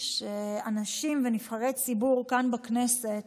שאנשים ונבחרי ציבור כאן בכנסת